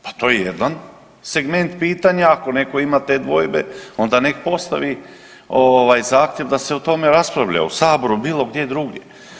Pa to je jedan segment pitanja, ako netko ima te dvojbe onda nek postavi ovaj zahtjev da se o tome raspravlja u Saboru, bilo gdje drugdje.